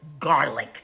Garlic